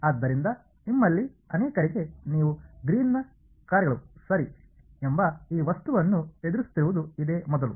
ಆದ್ದರಿಂದ ನಿಮ್ಮಲ್ಲಿ ಅನೇಕರಿಗೆ ನೀವು ಗ್ರೀನ್ನ ಕಾರ್ಯಗಳು ಸರಿ ಎಂಬ ಈ ವಸ್ತುವನ್ನು ಎದುರಿಸುತ್ತಿರುವುದು ಇದೇ ಮೊದಲು